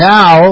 Now